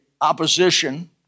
opposition